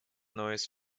neues